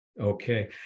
Okay